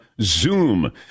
Zoom